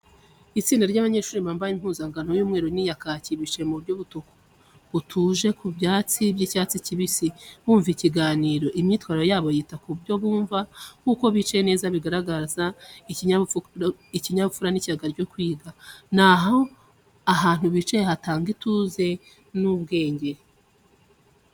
Itsinda ry’abanyeshuri bambaye impuzankano y’umweru n’iya kaki, bicaye mu buryo butuje ku byatsi by’icyatsi kibisi, bumva ikiganiro. Imyitwarire yabo yita ku byo bumva n’uko bicaye neza bigaragaza ikinyabupfura n’ishyaka ryo kwiga, naho ahantu bicaye hatanga ituze n’ubwenge.